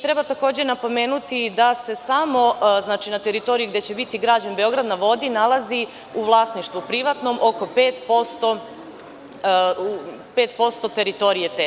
Treba takođe napomenuti da se samo, znači na teritoriji gde će biti građen „Beograd na vodi“ nalazi u vlasništvu privatnom oko 5% te teritorije.